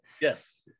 Yes